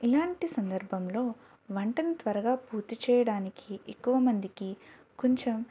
ఇలాంటి సందర్భంలో వంటను త్వరగా పూర్తి చేయడానికి ఎక్కువ మందికి కొంచెం